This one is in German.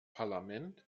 parlament